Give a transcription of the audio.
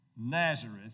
Nazareth